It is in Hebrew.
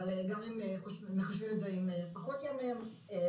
אבל גם אם מחשבים את זה עם פחות ימים ואחר